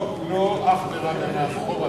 לא עכברא גנב, חורא